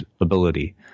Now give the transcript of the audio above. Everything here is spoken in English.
ability